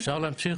אפשר להמשיך?